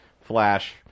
Flash